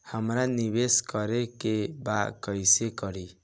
हमरा निवेश करे के बा कईसे करी?